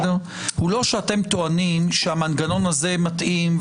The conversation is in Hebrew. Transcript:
הוא לא שאתם טוענים שהמנגנון הזה מתאים,